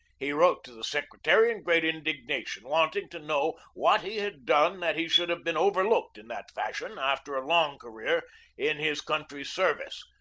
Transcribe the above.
he wrote to the secretary in great indigna tion, wanting to know what he had done that he should have been overlooked in that fashion after a long career in his country's service.